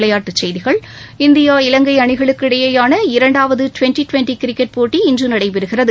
விளையாட்டுச் செய்திகள் இந்தியா இலங்கை அணிகளுக்கு இடையேயான இரண்டாவது டிவெண்டி டிவெண்டி கிரிக்கெட் போட்டி இன்று நடைபெறுகிறது